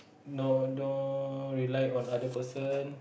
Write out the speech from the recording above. no don't rely on other person